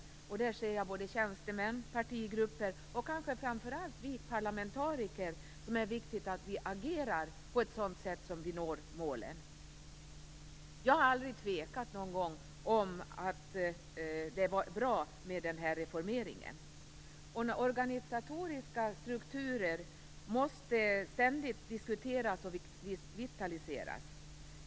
Där ser jag det som viktigt att tjänstemän, partigrupper och kanske framför allt vi parlamentariker agerar på ett sätt som gör att vi når målen. Jag har aldrig någon gång tvekat om att det var bra med den här reformeringen. Organisatoriska strukturer måste ständigt diskuteras och vitaliseras.